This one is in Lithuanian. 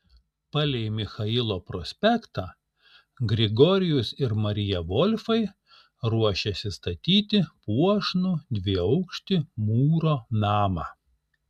palei michailo prospektą grigorijus ir marija volfai ruošėsi statyti puošnų dviaukštį mūro namą